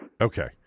Okay